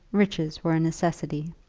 riches were a necessity.